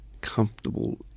comfortable